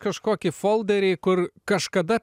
kažkokį folderį kur kažkada